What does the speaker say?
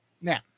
now